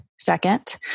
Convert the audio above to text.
second